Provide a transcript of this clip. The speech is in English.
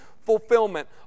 fulfillment